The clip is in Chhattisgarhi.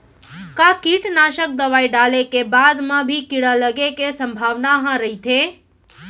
का कीटनाशक दवई ल डाले के बाद म भी कीड़ा लगे के संभावना ह रइथे?